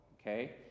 okay